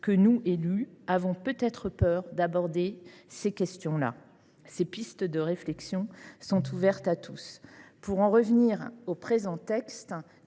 qu’élus, avons peut être peur d’aborder ces questions. Ces pistes de réflexion sont ouvertes à tous. Pour revenir au présent texte,